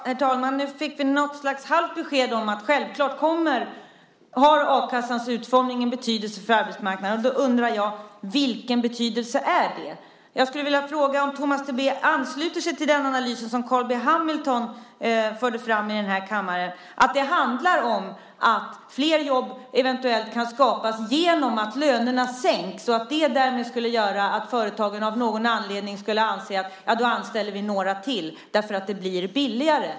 Herr talman! Nu fick vi något slags halvt besked om att a-kassans utformning självfallet har en betydelse för arbetsmarknaden. Då undrar jag: Vilken betydelse är det? Jag skulle vilja fråga om Tomas Tobé ansluter sig till den analys som Carl B Hamilton förde fram här i kammaren när han sade att det handlar om att flera jobb eventuellt kan skapas genom att lönerna sänks och att det därmed skulle göra att företagen av någon anledning skulle anse att man kan anställa några till därför att det blir billigare.